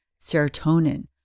serotonin